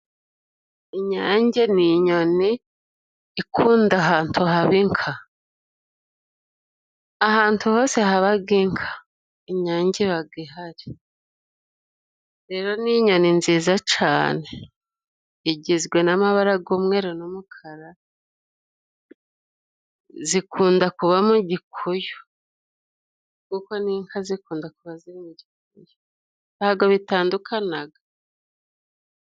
Inyange ni inyoni ikunda ahantu haba inka. Ahantu hose habaga inka inyange ibaga ihari. Rero ni inyoni nziza cane igizwe n'amabara g'umweru n'umukara. Zikunda kuba mu gikuyu, kuko n'inka zikunda kuba ziri mu gikuyu. Ntago bitandukanaga.